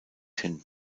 hin